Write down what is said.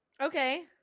Okay